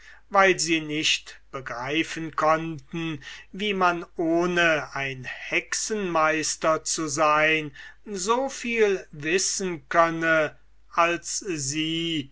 weil sie nicht begreifen konnten wie man ohne ein hexenmeister zu sein so viel wissen könne als sie